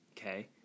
Okay